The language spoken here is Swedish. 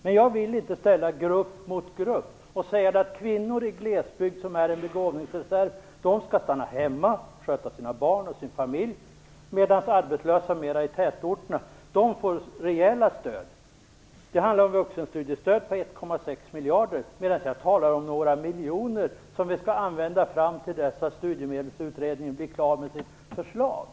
Men jag vill inte ställa grupp mot grupp och säga att kvinnor i glesbygd som är en begåvningsreserv skall stanna hemma och sköta sina barn och sin familj samtidigt som arbetslösa i tätorterna får rejäla stöd. Det handlar om vuxenstudiestöd på 1,6 miljarder, medan jag talar om några miljoner som vi skall använda till dess att Studiemedelsutredningen blir klar med sitt förslag.